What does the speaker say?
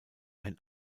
ein